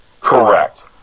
Correct